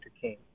King